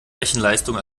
rechenleistung